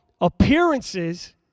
appearances